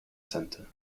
centre